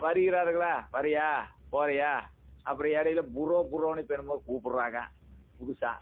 வருகிறார்களா வரியா போறீயா அப்புறோம் இடைல புரோ ப்ரோனு இப்போ என்னமோ கூப்பிட்றாங்க புதுசாக